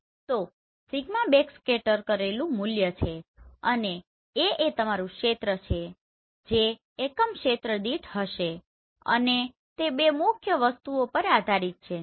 તો sigma backscatter કરેલું મૂલ્ય છે અને A એ તમારું ક્ષેત્ર જે એકમ ક્ષેત્ર દીઠ હશેઅને તે બે મુખ્ય વસ્તુઓ પર આધારિત છે